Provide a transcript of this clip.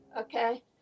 okay